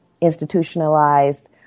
institutionalized